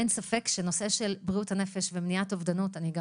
אין ספק שנושא בריאות הנפש ומניעת אובדנות אני גם